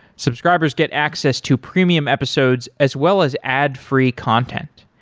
subscribers get access to premium episodes, as well as ad free content.